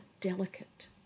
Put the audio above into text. delicate